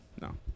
no